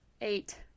Eight